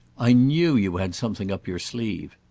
i knew you had something up your sleeve!